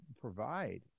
provide